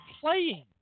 playing